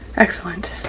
excellent